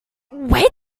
where